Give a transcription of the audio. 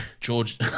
George